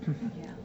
mm ya